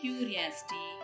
Curiosity